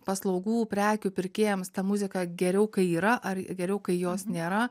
paslaugų prekių pirkėjams ta muzika geriau kai yra ar geriau kai jos nėra